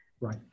Right